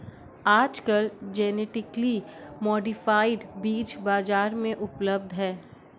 आजकल genetically modified बीज बाजार में उपलब्ध है